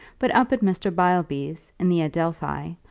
but up at mr. beilby's, in the adelphi,